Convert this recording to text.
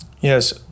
Yes